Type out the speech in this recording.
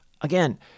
Again